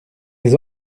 les